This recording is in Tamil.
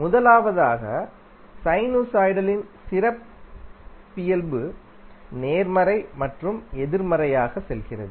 முதலாவதாக சைனுசாய்டலின் சிறப்பியல்பு நேர்மறை மற்றும் எதிர்மறையாக செல்கிறது